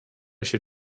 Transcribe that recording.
się